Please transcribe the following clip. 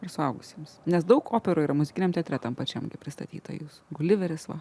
ar suaugusiems nes daug operų yra muzikiniam teatre tam pačiam gi pristatyta jūsų guliveris va